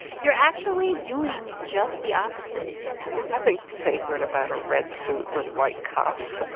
you're actually doing just the opposite there's nothing sacred about a red suit with white cuffs.